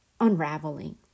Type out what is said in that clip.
Unraveling